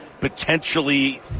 potentially